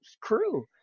crew